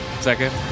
Second